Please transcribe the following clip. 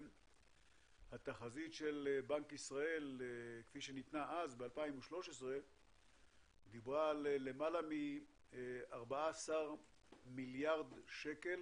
התחזית של בנק ישראל כפי שניתנה ב-2013 דברה על למעלה מ-14 מיליארד שקל